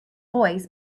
boys